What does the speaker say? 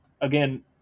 Again